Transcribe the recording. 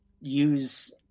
use